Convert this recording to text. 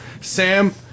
Sam